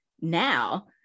now